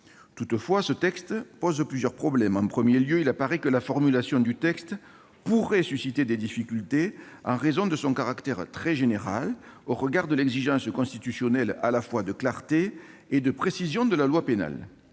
Toutefois, ce texte pose plusieurs problèmes. En premier lieu, la formulation du texte pourrait susciter des difficultés en raison de son caractère très général, au regard de l'exigence constitutionnelle à la fois de clarté et de précision de la loi pénale.